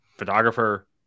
photographer